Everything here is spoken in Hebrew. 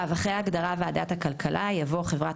אחרי ההגדרה "ועדת הכלכל" יבוא: "חברת